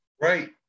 Right